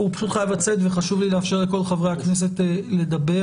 לצאת וחשוב לי לאפשר לכל חברי הכנסת לדבר